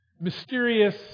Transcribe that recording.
mysterious